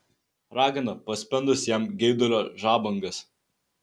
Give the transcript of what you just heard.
ragana paspendusi jam geidulio žabangas